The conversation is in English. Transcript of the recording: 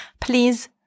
Please